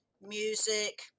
music